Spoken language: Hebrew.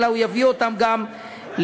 אלא הוא יביא אותן גם לביצוע.